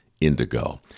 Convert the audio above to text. indigo